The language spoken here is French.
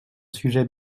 sujet